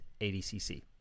ADCC